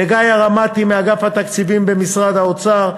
לגיא הרמתי מאגף התקציבים במשרד האוצר,